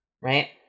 Right